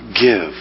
give